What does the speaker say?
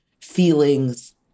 feelings